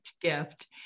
gift